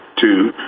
Two